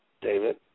David